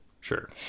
Sure